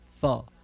four